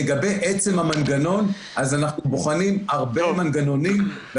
לגבי עצם המנגנון, אנחנו בוחנים הרבה מנגנונים.